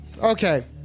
Okay